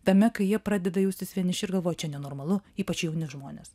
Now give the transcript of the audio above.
tame kai jie pradeda jaustis vieniši ir galvoja čia nenormalu ypač jauni žmonės